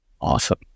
Awesome